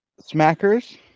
Smackers